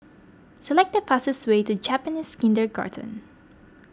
select the fastest way to Japanese Kindergarten